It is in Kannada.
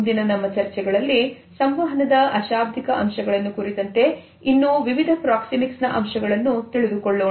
ಮುಂದಿನ ನಮ್ಮ ಚರ್ಚೆಗಳಲ್ಲಿ ಸಂವಹನದ ಅಶಾಬ್ದಿಕ ಅಂಶಗಳನ್ನು ಕುರಿತಂತೆ ಇನ್ನು ವಿವಿಧ ಪ್ರಾಕ್ಸಿಮಿಕ್ಸ್ ನ ಅಂಶಗಳನ್ನು ತಿಳಿದುಕೊಳ್ಳೋಣ